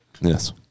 Yes